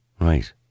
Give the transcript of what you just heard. Right